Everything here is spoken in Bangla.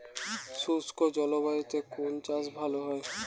শুষ্ক জলবায়ুতে কোন চাষ ভালো হয়?